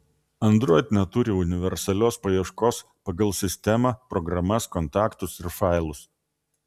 android neturi universalios paieškos pagal sistemą programas kontaktus ir failus